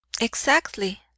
Exactly